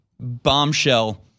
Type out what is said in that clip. bombshell